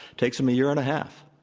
takes them a year and a half.